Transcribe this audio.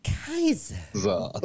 Kaiser